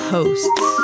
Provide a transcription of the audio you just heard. Hosts